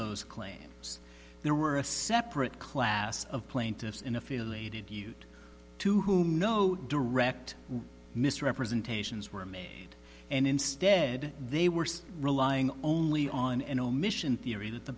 those claims there were a separate class of plaintiffs in affiliated used to whom no direct misrepresentations were made and instead they were relying only on an omission theory that the